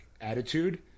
attitude